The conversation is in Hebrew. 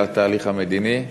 לתהליך המדיני.